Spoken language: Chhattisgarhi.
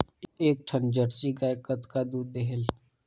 एक ठन जरसी गाय कतका दूध देहेल?